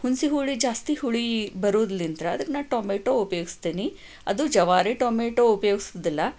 ಹುಣಿಸೆ ಹುಳಿ ಜಾಸ್ತಿ ಹುಳಿ ಬರೋದ್ಳಿಂತ್ರ್ ಅದಕ್ಕೆ ನಾನು ಟೊಮೆಟೋ ಉಪಯೋಗಿಸ್ತೀನಿ ಅದು ಜವಾರಿ ಟೊಮೆಟೋ ಉಪಯೋಗಿಸೋದಿಲ್ಲ